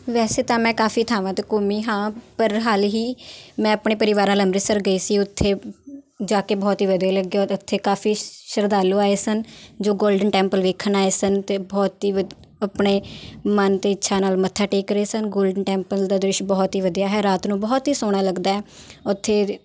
ਵੈਸੇ ਤਾਂ ਮੈਂ ਕਾਫ਼ੀ ਥਾਵਾਂ 'ਤੇ ਘੁੰਮੀ ਹਾਂ ਪਰ ਹਾਲ ਹੀ ਮੈਂ ਆਪਣੇ ਪਰਿਵਾਰ ਨਾਲ ਅੰਮ੍ਰਿਤਸਰ ਗਈ ਸੀ ਉੱਥੇ ਜਾ ਕੇ ਬਹੁਤ ਹੀ ਵਧੀਆ ਲੱਗਿਆ ਅਤੇ ਉੱਥੇ ਕਾਫ਼ੀ ਸ਼ਰਧਾਲੂ ਆਏ ਸਨ ਜੋ ਗੋਲਡਨ ਟੈਂਪਲ ਵੇਖਣ ਆਏ ਸਨ ਅਤੇ ਬਹੁਤ ਹੀ ਵਧੀਆ ਆਪਣੇ ਮਨ ਦੀ ਇੱਛਾ ਨਾਲ ਮੱਥਾ ਟੇਕ ਰਹੇ ਸਨ ਗੋਲਡਨ ਟੈਂਪਲ ਦਾ ਦ੍ਰਿਸ਼ ਬਹੁਤ ਹੀ ਵਧੀਆ ਹੈ ਰਾਤ ਨੂੰ ਬਹੁਤ ਹੀ ਸੋਹਣਾ ਲੱਗਦਾ ਹੈ ਉੱਥੇ